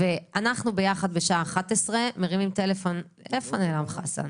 אנחנו ביחד בשעה 11:00 מרימים טלפון לאן נעלם חסן?